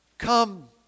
Come